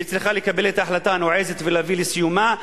צריכה לקבל החלטה נועזת ולהביא לסיומה,